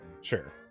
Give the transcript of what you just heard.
Sure